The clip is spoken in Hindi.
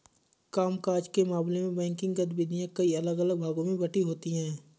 काम काज के मामले में बैंकिंग गतिविधियां कई अलग अलग भागों में बंटी होती हैं